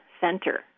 center